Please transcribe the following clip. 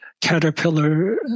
Caterpillar